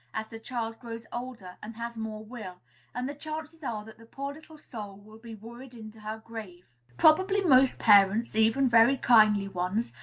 as the child grows older and has more will and the chances are that the poor little soul will be worried into her grave. probably most parents, even very kindly ones,